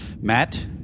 Matt